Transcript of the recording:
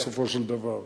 בסופו של דבר.